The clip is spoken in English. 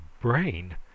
brain